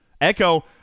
Echo